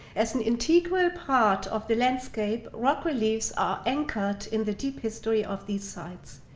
as an integral part of the landscape, rock reliefs are anchored in the deep history of these sites.